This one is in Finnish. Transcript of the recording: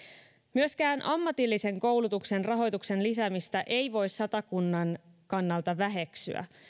myöskään ammatillisen koulutuksen rahoituksen lisäämistä ei voi satakunnan kannalta väheksyä